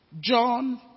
John